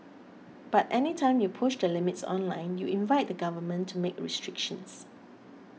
but any time you push the limits online you invite the Government to make restrictions